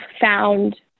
found